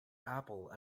apple